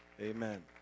Amen